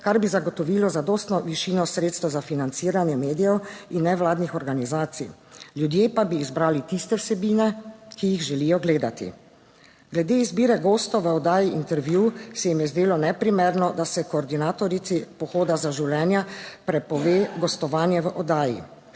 kar bi zagotovilo zadostno višino sredstev za financiranje medijev in nevladnih organizacij, ljudje pa bi izbrali tiste vsebine, ki jih želijo gledati. Glede izbire gostov v Oddaji Intervju se jim je zdelo neprimerno, da se koordinatorici Pohoda za življenja prepove gostovanje v oddaji.